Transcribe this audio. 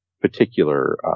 particular